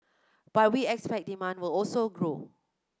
but we expect demand will also grow